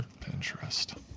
pinterest